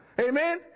Amen